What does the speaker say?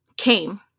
Came